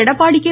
Edappadi K